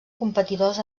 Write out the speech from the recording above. competidors